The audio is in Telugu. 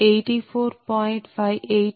58 MW 181